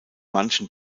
manchen